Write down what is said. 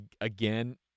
again